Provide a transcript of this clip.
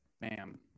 Bam